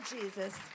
Jesus